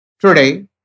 Today